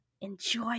enjoy